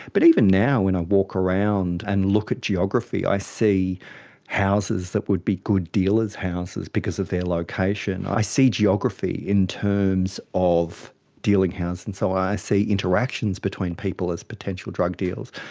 but even now when i walk around and look at geography i see houses that would be good dealers' houses because of their location. i see geography in terms of dealing houses, and so i see interactions between people as potential drug dealers,